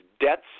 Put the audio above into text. debts